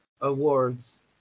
awards